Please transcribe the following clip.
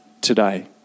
today